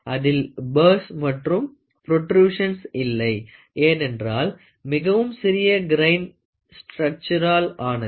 அதில் பர்ர்ஸ் மற்றும் ப்ரொற்றுசன்ஸ் இல்லை ஏனென்றால் மிகவும் சிறிய கிறைன் ஸ்டருக்டரால் ஆனது